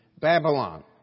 Babylon